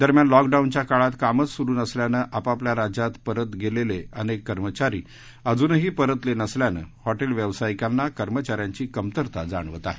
दरम्यान लॉकडाऊनच्या काळात कामच सुरु नसल्यानं आपापल्या राज्यात परत केलेले अनेक कर्मचारी अजूनही परतले नसल्यानं हॉटेल व्यावसायिकांना कर्मचाऱ्यांची कमतरता जाणवत आहे